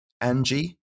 Angie